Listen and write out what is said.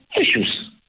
issues